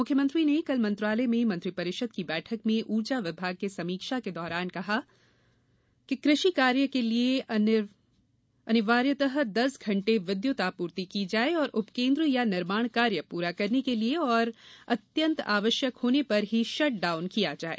मुख्यमंत्री ने कल मंत्रालय में मंत्रिपरिषद की बैठक में ऊर्जा विभाग की समीक्षा के दौरान कहा कि कृषि कार्य के लिये अनिवार्यतरू दस घंटे विद्युत आपूर्ति की जाये और उपकेन्द्र निर्माण कार्य पुरा करने के लिये और अत्यंत आवश्यक होने पर ही शट डाउन किया जाये